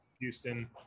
Houston